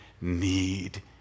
need